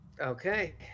Okay